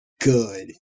good